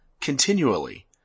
continually